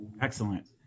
Excellent